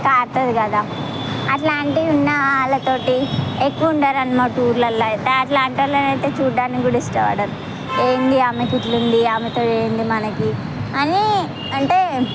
కారుతుంది కదా అట్లాంటివి ఉన్న వాళ్లతోటి ఎక్కువ ఉండరనమాట ఊర్లల్లో అట్లాంటి వాళ్ళని అయితే చూడడానికి కూడా ఇష్టపడరు ఏంటి ఆమెకి ఇట్లా ఉంది ఆమెతో ఏంటి మనకి అని అంటే